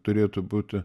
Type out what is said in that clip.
turėtų būti